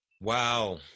Wow